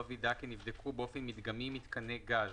לא וידא כי נבדקו באופן מדגמי מיתקני גז,